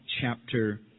chapter